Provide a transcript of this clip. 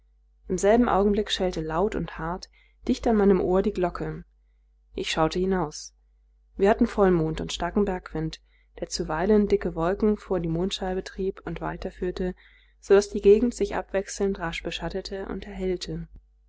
im selben augenblick schellte laut und hart dicht an meinem ohr die glocke ich schaute hinaus wir hatten vollmond und starken bergwind der zuweilen dicke wolken vor die mondscheibe trieb und weiterführte so daß die gegend sich abwechselnd rasch beschattete und erhellte